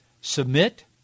submit